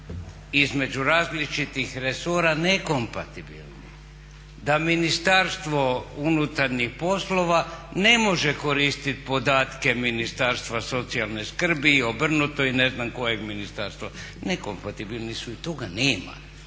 između različitih resora nekompatibilni, da MUP ne može koristiti podatke Ministarstva socijalne skrbi i obrnuto i ne znam kojeg ministarstva. Nekompatibilni su i toga nema,